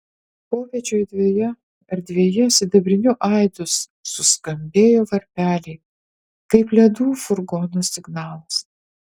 popiečio erdvėje sidabriniu aidu suskambėjo varpeliai kaip ledų furgono signalas